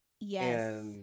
Yes